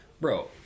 bro